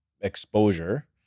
exposure